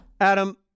Adam